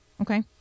okay